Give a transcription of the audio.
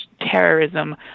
terrorism